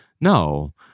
no